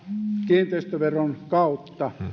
kiinteistöveron kautta